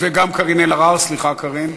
וגם קארין אלהרר, סליחה, קארין.